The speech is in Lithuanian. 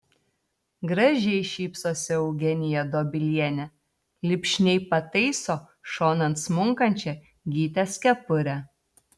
gražiai šypsosi eugenija dobilienė lipšniai pataiso šonan smunkančią gytės kepurę